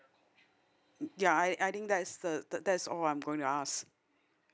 ya I I think that's the that's all I'm going to ask